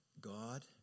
God